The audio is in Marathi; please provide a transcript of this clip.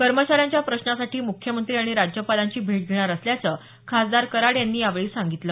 कर्मचाऱ्यांच्या प्रश्नासाठी मुख्यमंत्री आणि राज्यपालांची भेट घेणार असल्याचं खासदार कराड यांनी यावेळी सांगितलं